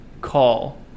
call